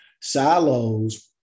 Silos